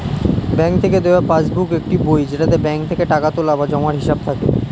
bank থেকে দেওয়া passbook একটি বই যেটাতে ব্যাঙ্ক থেকে টাকা তোলা বা জমার হিসাব থাকে